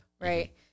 right